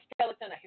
skeleton